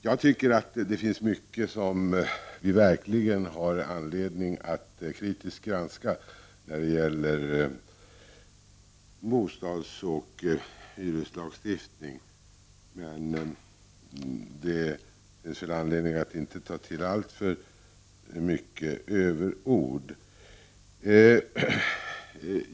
Jag tycker att det finns mycket som vi verkligen har anledning att kritiskt granska när det gäller bostadsoch hyreslagstiftning. Men det finns väl anledning att inte ta till överord.